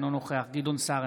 אינו נוכח גדעון סער,